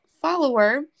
follower